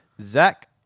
Zach